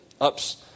Ups